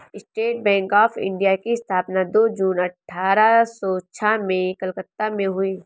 state Bank of India की स्थापना दो जून अठारह सो छह में कलकत्ता में हुई